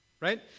right